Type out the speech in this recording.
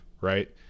right